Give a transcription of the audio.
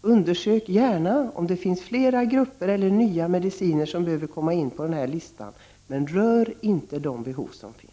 Undersök gärna om det finns nya grupper eller läkemedel som behöver komma in på listan, men rör inte de behov som finns!